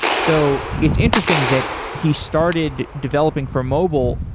so it's interesting that he started developing for mobile,